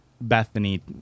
Bethany